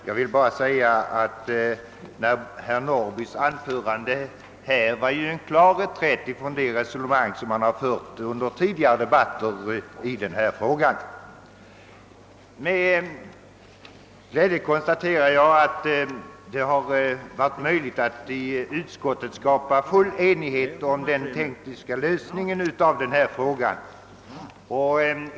Jag vill endast säga att herr Norrby i sitt anförande gjorde en klar reträtt från det resonemang som man fört under tidigare debatter i denna kammare. Med glädje konstaterar jag att det har varit möjligt att i utskottet skapa full enighet om den tekniska lösningen av frågan.